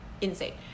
insane